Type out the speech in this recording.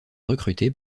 recruté